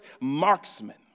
marksman